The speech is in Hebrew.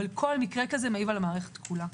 אבל כל מקרה כזה מעיב על המערכת כולה.